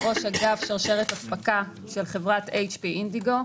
ואני ראש אגף שרשרת אספקה של חברת HP אינדיגו.